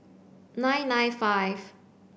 nine nine five